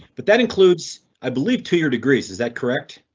but that includes, i believe, two year degrees. is that correct?